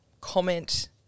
comment